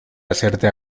hacerte